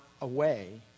away